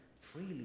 freely